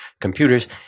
computers